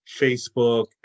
Facebook